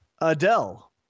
Adele